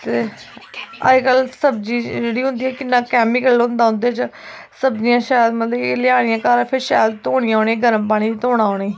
अज्जकल सब्जी जेह्ड़ी होंदी ऐ किन्ना कैमिकल होंदा उं'दे च सब्जियां शैल मतलब लेआनियां घर धोनियां उ'नें गर्म पानी ने धोना उ'नें